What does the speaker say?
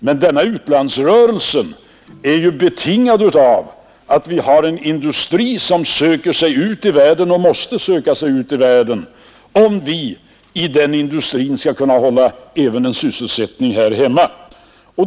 Bankernas utlandsrörelse är ju betingad av att vi har en industri som söker sig ut i världen och måste göra det om industrin skall kunna hålla sysselsättningen uppe även här hemma.